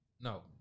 No